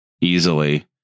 easily